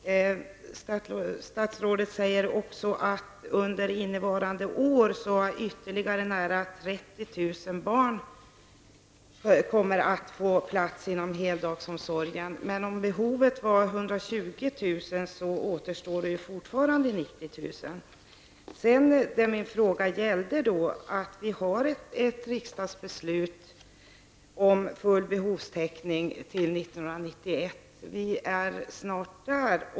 Statsrådet säger också att under innevarande år ytterligare nära 30 000 barn kan komma att få plats inom heldagsomsorgen. Men om behovet var 120 000 återstår det ju fortfarande 90 000. Sedan till det min fråga gällde. Vi har ett riksdagsbeslut om full behovstäckning till år 1991. Vi är snart där.